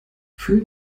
für